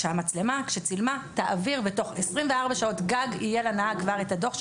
שהמצלמה כשצילמה תעביר ותוך 24 שעות גג יהיה לנהג כבר את הדוח שלו,